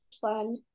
fun